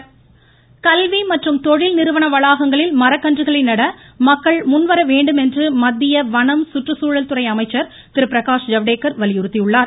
பிரகாஷ்ட ஜவடேகர் மற்றும் தொழில் நிறுவன வளாகங்களில் மரக்கன்றுகளை நட கல்வி மக்கள் முன்வரவேண்டும் என்று மத்திய வனம் குற்றுச்சூழல் துறை அமைச்சர் திரு பிரகாஷ் ஜவுடேகர் வலியுறுத்தியுள்ளார்